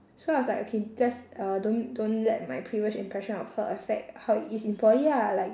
so I was like okay just uh don't don't let my previous impression of her affect how it is in poly ah like